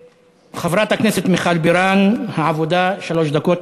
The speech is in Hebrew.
חברת הכנסת מיכל בירן, העבודה, שלוש דקות.